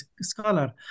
scholar